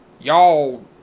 y'all